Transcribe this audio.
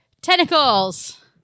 tentacles